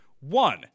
One